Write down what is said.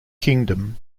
kingdom